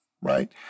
right